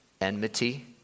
enmity